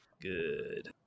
Good